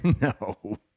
No